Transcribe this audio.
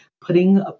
putting